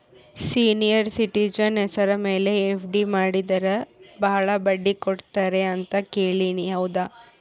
Senior citizen ಹೆಸರ ಮೇಲೆ FD ಮಾಡಿದರೆ ಬಹಳ ಬಡ್ಡಿ ಕೊಡ್ತಾರೆ ಅಂತಾ ಕೇಳಿನಿ ಹೌದಾ?